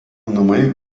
namai